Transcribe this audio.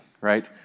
right